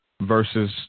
versus